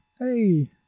Hey